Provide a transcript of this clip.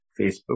Facebook